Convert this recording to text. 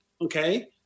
okay